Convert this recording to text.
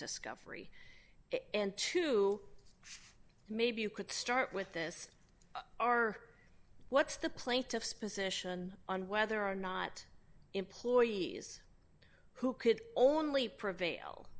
discovery and to maybe you could start with this are what's the plaintiff's position on whether or not employees who could only prevail